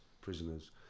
prisoners